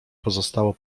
pozostało